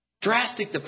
Drastic